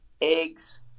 eggs